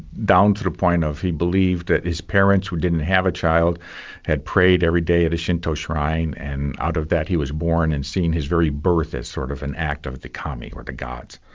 down to the point of he believed that his parents who didn't have a child had prayed every day at a shinto shrine and out of that he was born and seeing his very birth as sort of an act of the kami, or the gods.